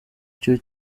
cyo